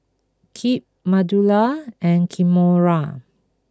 Kip Manuela and Kimora